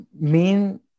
main